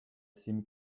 sim